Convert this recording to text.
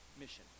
mission